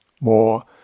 more